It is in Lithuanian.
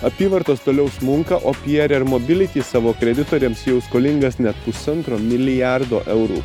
apyvartos toliau smunka o piere mobility savo kreditoriams jau skolingas net pusantro milijardo eurų